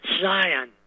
Zion